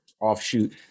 offshoot